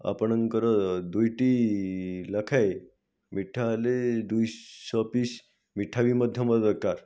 ଆପଣଙ୍କର ଦୁଇଟି ଲେଖାଏଁ ମିଠା ହେଲେ ଦୁଇଶହ ପିସ୍ ମିଠା ବି ମଧ୍ୟ ମୋର୍ ଦରକାର